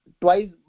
twice